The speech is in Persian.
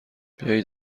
بیایید